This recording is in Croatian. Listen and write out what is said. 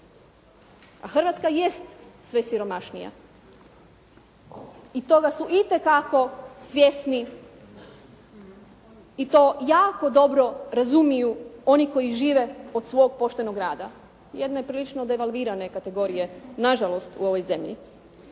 A Hrvatska jest sve siromašnija. I toga su itekako svjesni i to jako dobro razumiju oni koji žive od svog poštenog rada. Jedne prilično devalvirane kategorije nažalost u ovoj zemlji.